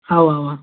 اَوہ اَوہ